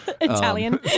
Italian